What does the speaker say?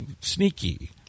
sneaky